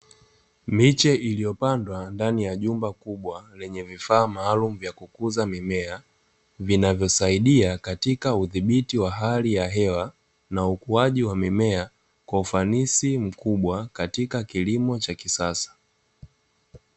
Miche iliyopandwa ndani ya jumba kubwa lenye vifaa maalumu vya kukuza mimea, vinavyosaidia katika udhibiti wa hali ya hewa na ukuaji wa mimea kwa ufanisi mkubwa katika kilimo cha kisasa.